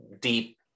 deep